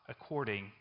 according